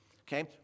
Okay